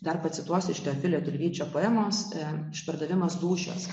dar pacituos iš teofilio tilvyčio poemos išpardavimas dūšios